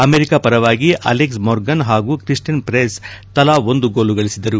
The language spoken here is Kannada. ಅಮೆರಿಕಾ ಪರವಾಗಿ ಅಲೆಕ್ಸ್ ಮೊರ್ಗನ್ ಹಾಗೂ ಕ್ರಿಸ್ಟಿನ್ ಪ್ರೆಸ್ ತಲಾ ಒಂದು ಗೋಲು ಗಳಿಸಿದರು